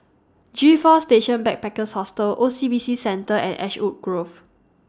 G four Station Backpackers Hostel O C B C Centre and Ashwood Grove